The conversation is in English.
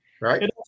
Right